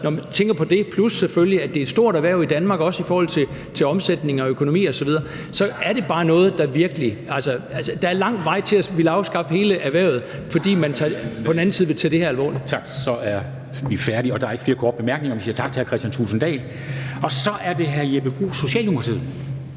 når man tænker på det, plus selvfølgelig at det også er et stort erhverv i Danmark i forhold til omsætning og økonomi osv., så er det bare noget, hvor man må sige, at der er lang vej til at ville afskaffe hele erhvervet, fordi man på den anden side vil tage det her alvorligt. Kl. 13:56 Formanden (Henrik Dam Kristensen): Tak. Der er ikke flere korte bemærkninger, så vi siger tak til hr. Kristian Thulesen Dahl. Så er det hr. Jeppe Bruus, Socialdemokratiet.